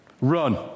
Run